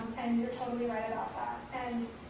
and you're totally right about and